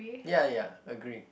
ya ya agree